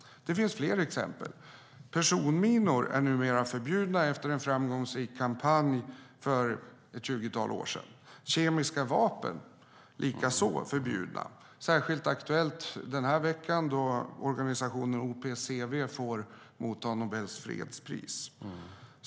Det finns fler exempel. Personminor är numera förbjudna efter en framgångsrik kampanj för ett tjugotal år sedan. Kemiska vapen är likaså förbjudna. Det är särskilt den här veckan då organisationen OPCW får motta Nobels fredspris.